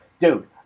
dude